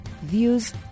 views